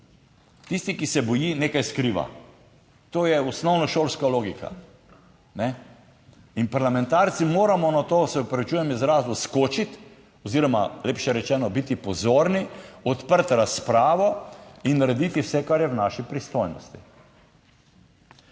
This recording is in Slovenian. Tisti, ki se boji, nekaj skriva. To je osnovnošolska logika, kajne? In parlamentarci moramo na to, se opravičujem izrazu, skočiti oziroma lepše rečeno, biti pozorni, odpreti razpravo in narediti vse, kar je v naši pristojnosti.